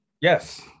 Yes